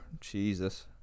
Jesus